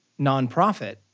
nonprofit